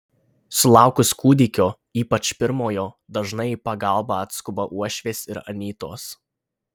sulaukus kūdikio ypač pirmojo dažnai į pagalbą atskuba uošvės ir anytos